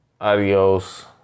Adios